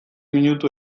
minutu